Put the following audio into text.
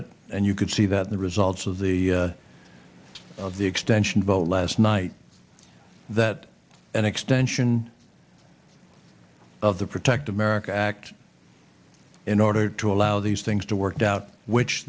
it and you could see that the results of the of the extension vote last night that an extension of the protect america act in order to allow these things to work out which